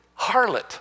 harlot